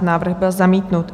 Návrh byl zamítnut.